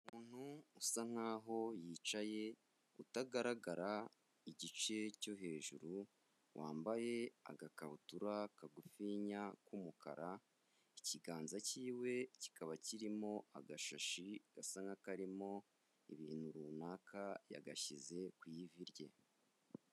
Umuntu usa nk'aho yicaye utagaragara igice cyo hejuru, wambaye agakabutura kagufiya k'umukara, ikiganza cyiwe kikaba kirimo agashashi gasa nk'akarimo ibintu runaka yagashyize ku ivi rye.